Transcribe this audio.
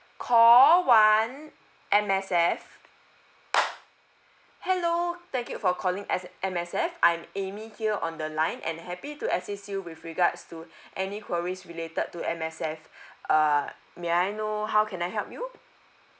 call one M_S_F hello thank you for calling M_S_F I'm amy here on the line and happy to assist you with regards to any queries related to M_S_F uh may I know how can I help you